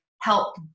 help